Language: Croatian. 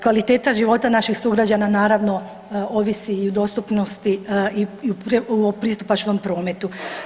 Kvaliteta života naših sugrađana naravno ovisi i o dostupnosti i o pristupačnom prometu.